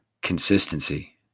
consistency